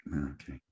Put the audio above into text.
okay